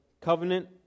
covenant